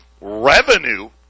Revenue